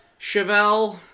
Chevelle